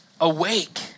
Awake